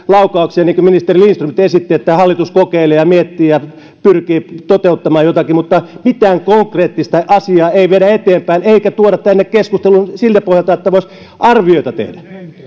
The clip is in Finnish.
laukauksia niin kuin ministeri lindström esitti että hallitus kokeilee ja miettii ja pyrkii toteuttamaan jotakin mutta mitään konkreettista asiaa ei viedä eteenpäin eikä tuoda tänne keskusteluun siltä pohjalta että voisi arvioita tehdä